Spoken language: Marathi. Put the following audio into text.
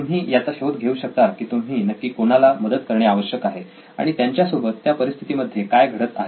तुम्ही याचा शोध घेऊ शकता की तुम्ही नक्की कोणाला मदत करणे आवश्यक आहे आणि त्यांच्यासोबत त्या परिस्थितीमध्ये काय घडत आहे